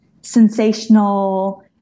sensational